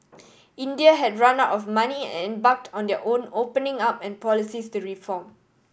India had run out of money and embarked on their own opening up and policies to reform